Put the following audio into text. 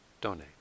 donate